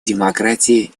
демократии